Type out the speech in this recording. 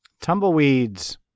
Tumbleweeds